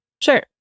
Sure